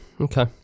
Okay